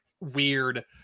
weird